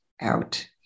out